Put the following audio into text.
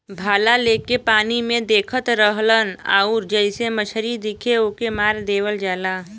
भाला लेके पानी में देखत रहलन आउर जइसे मछरी दिखे ओके मार देवल जाला